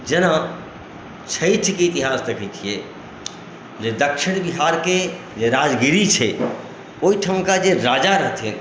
जेना छठिके इतिहास देखैत छियै जे दक्षिण बिहारके जे राजगिरी छै ओहि ठुनका जे राजा रहथिन